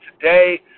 today